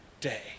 day